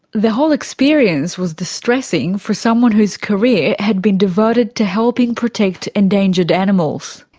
the whole experience was distressing for someone whose career had been devoted to helping protect endangered animals.